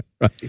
Right